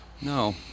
No